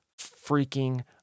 freaking